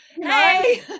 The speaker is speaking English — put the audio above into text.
Hey